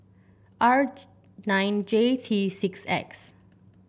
R nine J T six X